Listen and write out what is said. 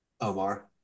Omar